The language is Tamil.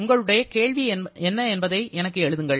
உங்களுடைய கேள்வி என்ன என்பதை எனக்கு எழுதுங்கள்